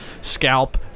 scalp